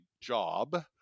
job